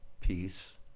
peace